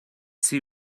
see